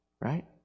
right